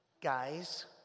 Guys